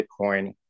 Bitcoin